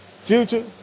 Future